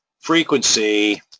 frequency